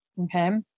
Okay